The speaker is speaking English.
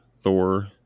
Thor